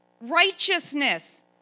Righteousness